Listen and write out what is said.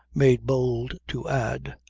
made bold to add,